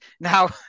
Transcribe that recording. Now